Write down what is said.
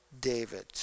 David